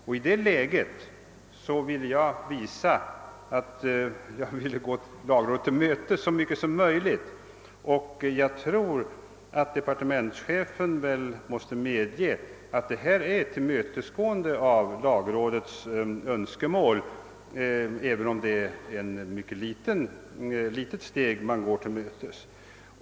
I det läget ville jag visa att jag önskade gå lagrådet till mötes så långt som möjligt, och jag tror att departementschefen måste medge att det rör sig om ett tillmötesgående av lagrådets önskemål, även om det är ett mycket litet steg som tas.